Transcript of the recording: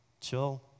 chill